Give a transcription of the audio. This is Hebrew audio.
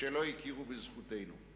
שלא הכירו בזכותנו.